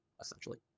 essentially